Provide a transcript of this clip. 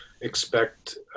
expect